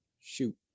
Shoot